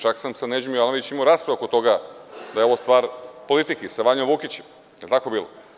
Čak sam sa Neđom Jovanovićem imao raspravu oko toga da je ovo stvar politike, sa Vanjom Vukićem, da li je tako bilo?